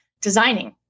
designing